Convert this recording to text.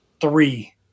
three